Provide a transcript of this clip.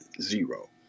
zero